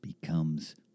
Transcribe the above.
becomes